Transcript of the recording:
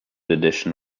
edition